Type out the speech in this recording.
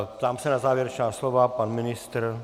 Ptám se na závěrečná slova pan ministr?